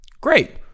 Great